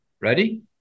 Ready